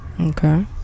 Okay